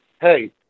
hey –